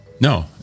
No